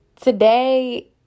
today